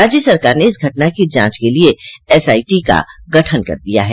राज्य सरकार ने इस घटना की जांच के लिए एसआईटी का गठन कर दिया है